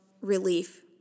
relief